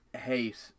hate